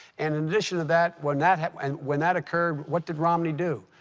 and in addition to that, when that and when that occurred, what did romney do?